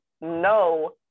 no